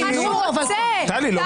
טלי, לא מפריעים.